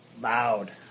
loud